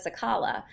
Sakala